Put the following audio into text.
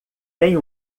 tem